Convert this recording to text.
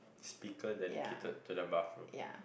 speaker dedicated to the bathroom